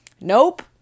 Nope